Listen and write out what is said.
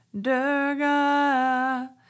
Durga